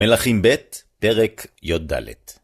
מלאכים ב' פרק יד.